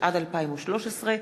התשע"ד 2013,